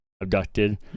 abducted